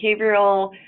behavioral